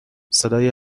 صدای